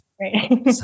Right